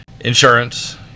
insurance